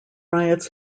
riots